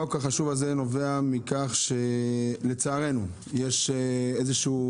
הצעת החוק החשובה הזאת נובעת מכך שלצערנו יש איזשהו